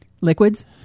Liquids